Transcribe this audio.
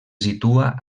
situa